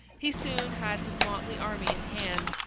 he soon had his motley army in hand,